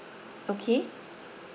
okay okay